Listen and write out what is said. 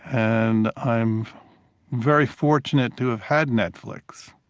and i'm very fortunate to have had netflix.